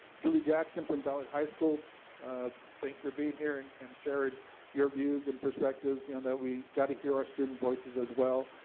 julie jackson from ballard high school thank you for being here and and sharing your views and perspectives yeah and that we got to hear our student voices as well.